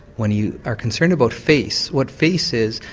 when you are concerned about face, what face is,